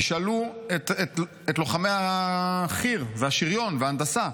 תשאלו את לוחמי החי"ר והשריון וההנדסה,